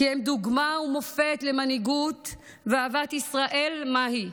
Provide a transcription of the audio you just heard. כי הם דוגמה ומופת למנהיגות ואהבת ישראל מהי.